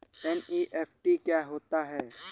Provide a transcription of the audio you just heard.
NEFT क्या होता है?